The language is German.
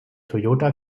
toyota